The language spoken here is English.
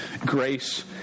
grace